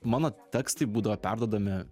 mano tekstai būdavo perduodami